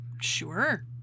sure